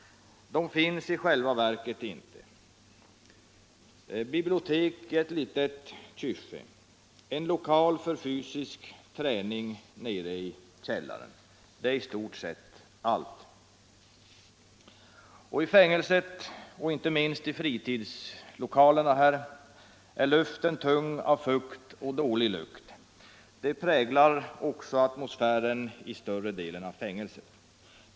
De finns i själva verket inte. Biblioteket är ett litet kyffe. Det finns en lokal för fysisk träning nere i källaren, men det är i stort sett allt. I fängelset och inte minst i fritidslokalerna är luften tung av fukt och dålig lukt. Det präglar också atmosfären i större delen av fängelset.